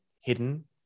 hidden